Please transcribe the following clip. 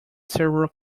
several